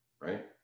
right